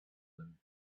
them